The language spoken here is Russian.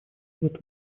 свет